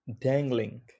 dangling